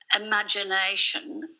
imagination